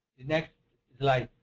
the next slide.